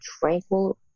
tranquil